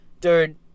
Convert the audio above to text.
dude